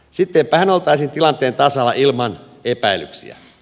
sittenpähän oltaisiin tilanteen tasalla ilman epäilyksiä